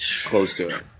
Closer